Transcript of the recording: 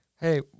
hey